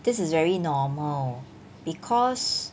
this is very normal because